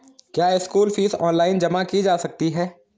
क्या school fees online जमा की जा सकती है?